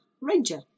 Ranger